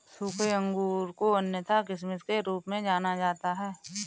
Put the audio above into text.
सूखे अंगूर को अन्यथा किशमिश के रूप में जाना जाता है